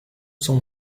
son